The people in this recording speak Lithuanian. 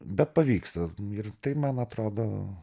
bet pavyksta ir tai man atrodo